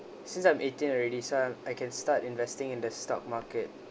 since I'm eighteen already so I can start investing in the stock market